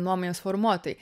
nuomonės formuotojai